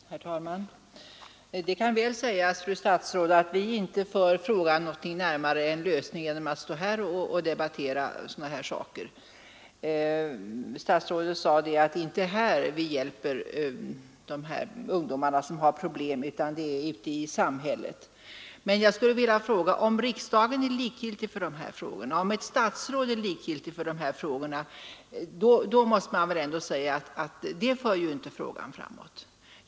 Herr talman! Det kan mycket väl sägas, fru statsråd, att vi inte för frågan närmare sin lösning genom att stå här och debattera dessa saker. Statsrådet sade att det inte är här vi hjälper de ungdomar som har problem utan att det är ute i samhället. Men jag skulle vilja säga: Om riksdagen är likgiltig för de här frågorna, om ett statsråd är likgiltig för dem, så kan det väl ändå inte föra frågan framåt.